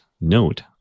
note